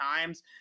times